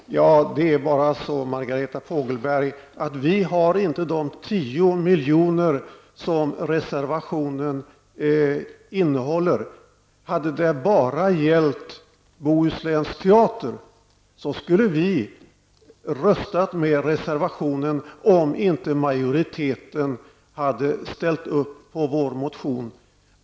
Herr talman! Det är på det sättet, Margareta Fogelberg, att vi inte har de 10 milj.kr. som krävs i reservationen. Om det bara hade gällt länsteatern i Bohuslän skulle vi ha röstat på reservationen om inte majoriteten hade ställt sig bakom vår motion.